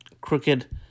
crooked